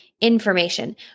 information